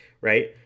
right